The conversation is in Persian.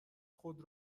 خود